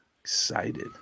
excited